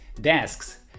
desks